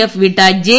F വിട്ട J